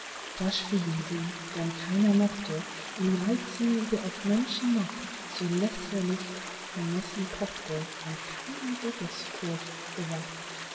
da schwiegen sie denn keiner mochte ihn reizen der auf menschenmacht so lästerlich vermessen pochte von keiner gottesfurcht bewacht